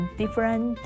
different